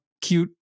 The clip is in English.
cute